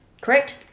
Correct